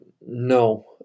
no